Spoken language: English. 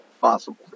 Possible